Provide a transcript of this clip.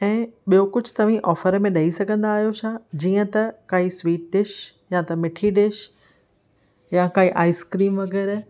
ऐं ॿियो कुझु तव्हीं ऑफर में ॾेई सघंदा आहियो छा जीअं त काई स्वीट डिश या त मीठी डिश या का आइसक्रिम वग़ैरह